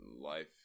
life